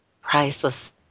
priceless